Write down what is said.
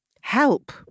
Help